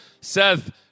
Seth